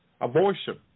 Abortion